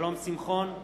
שלום שמחון,